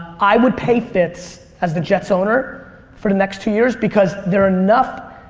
i would pay fitz as the jets owner for the next two years because there's enough,